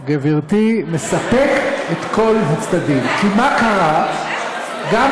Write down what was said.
מספק את כל הצדדים, אדוני